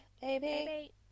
baby